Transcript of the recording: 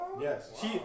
Yes